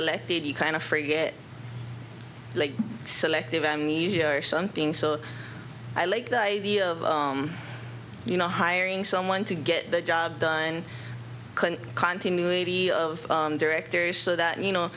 elected you kind of forget like selective amnesia or something so i like the idea of you know hiring someone to get the job done continuity of directors so that you know